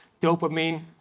dopamine